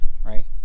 Right